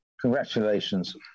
Congratulations